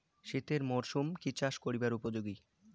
শীতের মরসুম কি চাষ করিবার উপযোগী?